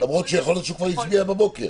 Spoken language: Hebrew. למרות שיכול להיות שהוא כבר הצביע בבוקר.